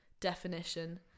definition